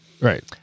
Right